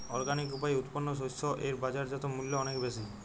organic উপায়ে উৎপন্ন শস্য এর বাজারজাত মূল্য অনেক বেশি